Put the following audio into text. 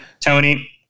Tony